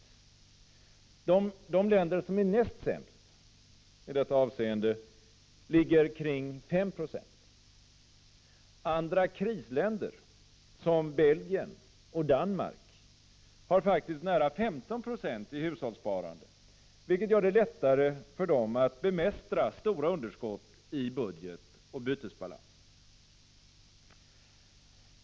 Hushållssparandet i de länder som är näst sämst ligger kring 5 96. I andra krisländer, såsom Belgien och Danmark, ligger faktiskt hushållssparandet på nära 15 96, vilket gör det lättare för dessa länder att bemästra stora underskott i budget och bytesbalans.